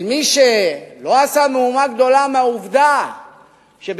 של מי שלא עשה מהומה גדולה מהעובדה שבנימין